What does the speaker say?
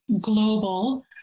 Global